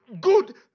good